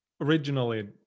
originally